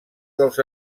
dels